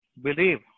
Believe